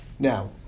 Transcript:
Now